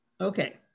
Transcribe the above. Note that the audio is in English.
Okay